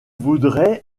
voudrait